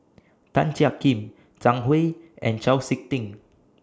Tan Jiak Kim Zhang Hui and Chau Sik Ting